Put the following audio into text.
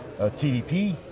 TDP